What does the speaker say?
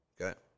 Okay